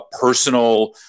personal